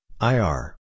IR